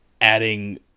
adding